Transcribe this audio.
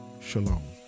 shalom